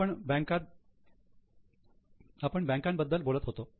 आपण बँकांत बद्दल बोलत होतो